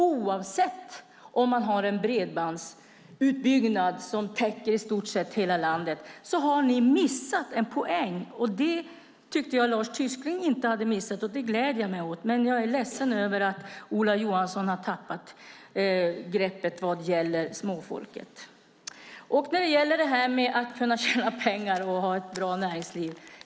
Oavsett om det finns en bredbandsutbyggnad som täcker i stort sett hela landet har ni missat en poäng. Den hade Lars Tysklind inte missat. Det gläder jag mig åt. Men jag är ledsen att Ola Johansson har tappat greppet vad gäller småfolket. Sedan var det frågan om att tjäna pengar och att ha ett bra näringsliv.